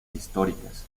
históricas